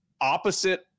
opposite